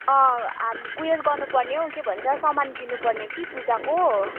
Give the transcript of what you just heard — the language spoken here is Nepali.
अँ हाम्रो ऊ यो गर्नुपर्ने हौ के भन्छ सामान किन्नुपर्ने कि पूजाको